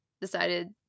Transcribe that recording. decided